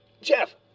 Jeff